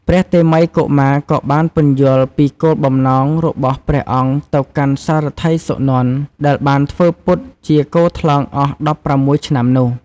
ព្រះតេមិយកុមារក៏បានពន្យល់ពីគោលបំណងរបស់ព្រះអង្គទៅកាន់សារថីសុនន្ទដែលបានធ្វើពុតជាគថ្លង់អស់ ១៦ ឆ្នាំនោះ។